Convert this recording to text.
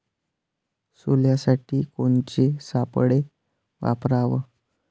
सोल्यासाठी कोनचे सापळे वापराव?